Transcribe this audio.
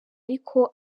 ariko